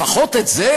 לפחות את זה,